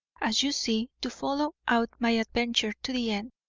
as you see, to follow out my adventure to the end.